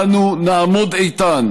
אנו נעמוד איתן